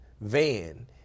van